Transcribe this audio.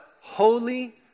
Holy